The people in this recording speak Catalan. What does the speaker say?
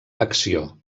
acció